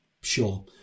Sure